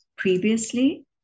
Previously